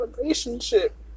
relationship